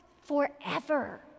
forever